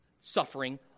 suffering